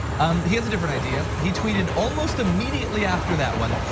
um he has a different idea. he tweeted almost immediately after that one.